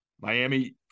Miami